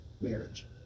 marriage